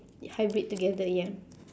hybrid together ya